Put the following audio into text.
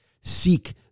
Seek